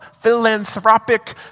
philanthropic